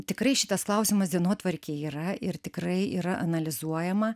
tikrai šitas klausimas dienotvarkėj yra ir tikrai yra analizuojama